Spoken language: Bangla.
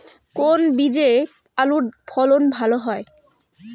কোন বীজে আলুর ফলন ভালো হয়?